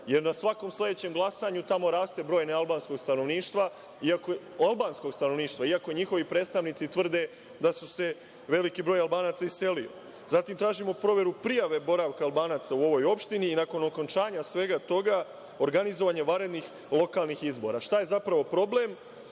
jer na svakom sledećem glasanju tamo raste broj albanskog stanovništva, iako njihovi predstavnici tvrde da se veliki broj Albanaca iselio. Zatim, tražimo proveru prijave boravka Albanaca u ovoj opštini i nakon okončanja svega toga, organizovanje vanrednih lokalnih izbora. Šta je zapravo problem?